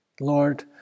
Lord